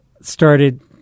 started